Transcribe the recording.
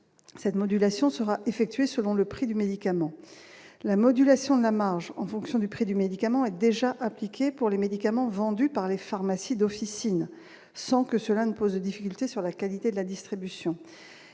cette modulation sera effectuée selon le prix du médicament, la modulation de la marge en fonction du prix du médicament a déjà appliqué pour les médicaments vendus par les pharmacies d'officine sans que cela ne pose de difficulté sur la qualité de la distribution,